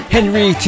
Henry